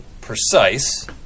precise